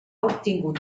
obtingut